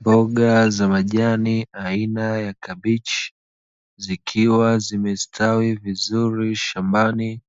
Mboga za majani aina ya kabichi, zikiwa zimestawi vizuri shambani